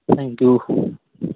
thank you